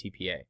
TPA